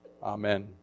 Amen